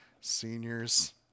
seniors